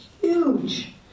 huge